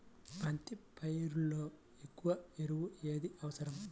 బంతి పైరులో ఎక్కువ ఎరువు ఏది అవసరం?